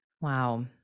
Wow